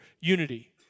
unity